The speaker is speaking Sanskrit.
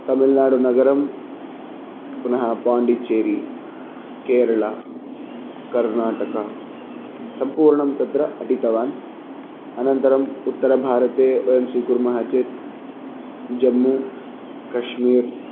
तमिळ्नाडुनगरं पुनः पाण्डिच्चेरि केरळा कर्णाटका सम्पूर्णं तत्र अटितवान् अनन्तरम् उत्तरभारते वयं स्वीकुर्मः चेत् जम्मू कश्मीर्